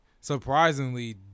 surprisingly